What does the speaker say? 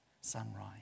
sunrise